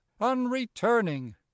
unreturning